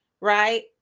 right